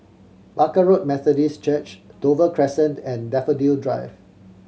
Barker Road Methodist Church Dover Crescent and Daffodil Drive